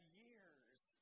year's